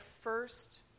first